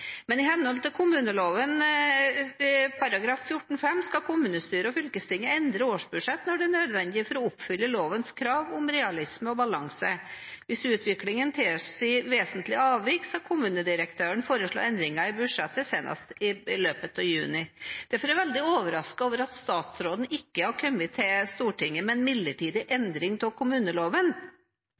men i henhold til kommuneloven § 14-5 skal kommunestyre og fylkesting endre årsbudsjett når det er nødvendig for å oppfylle lovens krav om realisme og balanse. Hvis utviklingen tilsier vesentlige avvik, skal kommunedirektøren foreslå endringer i budsjettet senest i løpet av juni. Derfor er jeg veldig overrasket over at statsråden ikke har kommet til Stortinget med en midlertidig endring av kommuneloven.